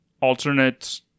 alternate